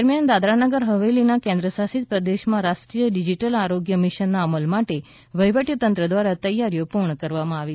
દરમિયાન દાદરાનગર હવેલીના કેન્દ્રશાસિત પ્રદેશોમાં રાષ્ટ્રીય ડિજિટલ આરોગ્ય મિશનના અમલ માટે વહિવટીતંત્ર દ્વારા તૈયારીઓ પૂર્ણ કરવામાં આવી છે